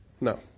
No